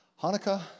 Hanukkah